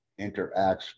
interacts